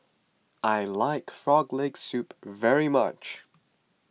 I like Frog Leg Soup very much